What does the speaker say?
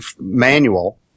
manual